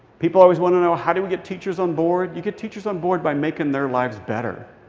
people always want to know, how do we get teachers on board? you get teachers on board by making their lives better.